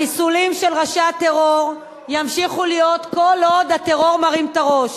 החיסולים של ראשי הטרור ימשיכו להיות כל עוד הטרור מרים את הראש.